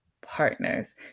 partners